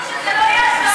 שזה לא יעזור.